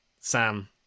Sam